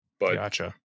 Gotcha